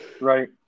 right